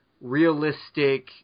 realistic